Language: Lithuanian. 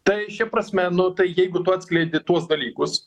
tai šia prasme nu tai jeigu tu atskleidi tuos dalykus